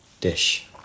dish